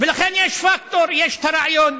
לכן יש פקטור, יש את הרעיון.